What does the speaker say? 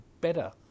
better